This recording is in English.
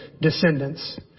descendants